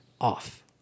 off